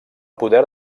poder